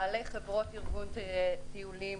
בעלי חברות ארגון טיולים,